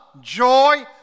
Joy